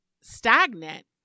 stagnant